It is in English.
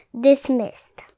dismissed